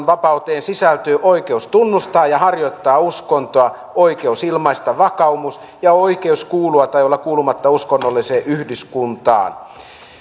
vapauteen sisältyy oikeus tunnustaa ja harjoittaa uskontoa oikeus ilmaista vakaumus ja oikeus kuulua tai olla kuulumatta uskonnolliseen yhdyskuntaan